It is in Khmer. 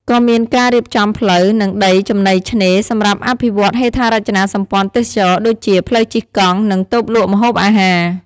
ក៏មានការរៀបចំផ្លូវ និងដីចំណីឆ្នេរសម្រាប់អភិវឌ្ឍហេដ្ឋារចនាសម្ព័ន្ធទេសចរណ៍ ដូចជា ផ្លូវជិះកង់ និងតូបលក់ម្ហូបអាហារ។